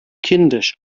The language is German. kindisch